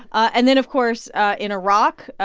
and then of course in iraq,